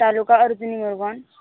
तालुका Arjuni Morgaon